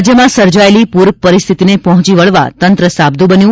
રાજ્યમાં સર્જાયેલી પુર પરિસ્થિતિને પહોંચી વળવા તંત્ર સાબદુ બન્યું